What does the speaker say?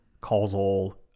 causal